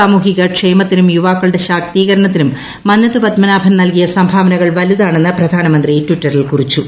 സാമൂഹിക ക്ഷേമത്തിനും യുവാക്കളുടെ ശാക്തീകരണത്തിനും മന്നത്ത് പദ്മനാഭൻ നൽകിയ സംഭാവനകൾ വലുതാണെന്ന് പ്രധാനമന്ത്രി ട്വിറ്ററിൽ കുറിച്ചു